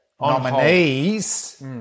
nominees